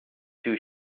two